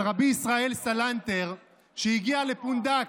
על רבי ישראל סלנטר, שהגיע לפונדק.